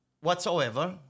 whatsoever